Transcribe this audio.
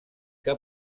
que